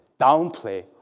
downplay